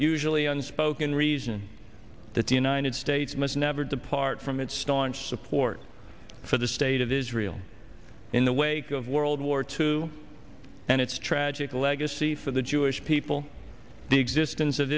usually unspoken reason that the united states must never depart from its staunch support for the state of israel in the wake of world war two and its tragic legacy for the jewish people the existence of